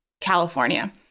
California